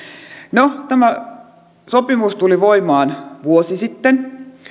no tämä sopimus tuli voimaan vuosi sitten